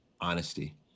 honesty